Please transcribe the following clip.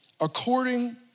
according